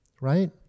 right